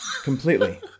completely